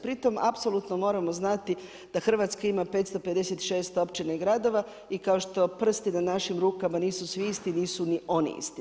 Pritom apsolutno moramo znati da Hrvatska ima 556 općina i gradova i kao što prsti na našim nisu svi isti, nisu ni oni isti.